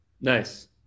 Nice